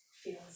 feels